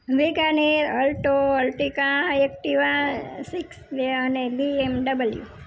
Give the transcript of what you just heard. હવેકાને Alto Ertiga Activa six વિયાને BMW